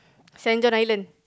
Saint-John Island